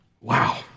Wow